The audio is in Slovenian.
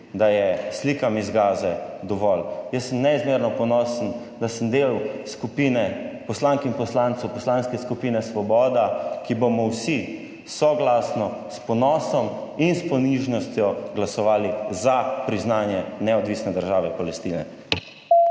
da je slikam iz Gaze dovolj. Jaz sem neizmerno ponosen, da sem del skupine poslank in poslancev Poslanske skupine Svoboda, ki bomo vsi soglasno s ponosom in s ponižnostjo glasovali za priznanje neodvisne države Palestine.